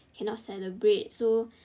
cannot celebrate so